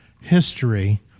history